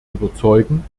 überzeugen